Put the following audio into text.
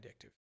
addictive